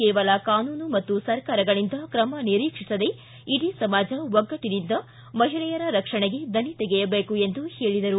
ಕೇವಲ ಕಾನೂನು ಮತ್ತು ಸರ್ಕಾರಗಳಿಂದ ಕ್ರಮ ನಿರೀಕ್ಷಿಸದೇ ಇಡೀ ಸಮಾಜ ಒಗ್ಗಟ್ಟನಿಂದ ಮಹಿಳೆಯರ ರಕ್ಷಣೆಗೆ ದನಿ ತೆಗೆಯಬೇಕು ಎಂದರು